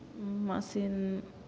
machine